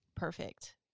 perfect